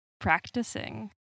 Practicing